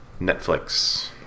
Netflix